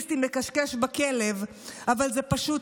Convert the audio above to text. פוליטיקת הזהויות,